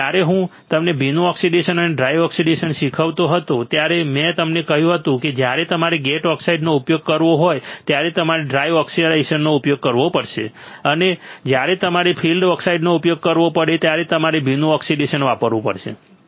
અને જ્યારે હું તમને ભીનું ઓક્સિડેશન અને ડ્રાય ઓક્સિડેશન શીખવતો હતો ત્યારે મેં તમને કહ્યું હતું કે જ્યારે તમારે ગેટ ઓક્સાઈડનો ઉપયોગ કરવો હોય ત્યારે તમારે ડ્રાય ઓક્સિડેશનનો ઉપયોગ કરવો પડે છે અને જ્યારે તમારે ફીલ્ડ ઓક્સાઈડનો ઉપયોગ કરવો પડે ત્યારે તમારે ભીનું ઓક્સિડેશન વાપરવું પડે છે